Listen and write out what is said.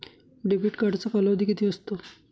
Debit कार्डचा कालावधी किती असतो?